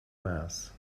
mas